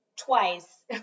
Twice